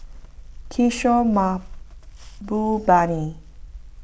Kishore Mahbubani